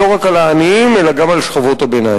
לא רק על העניים אלא גם על שכבות הביניים.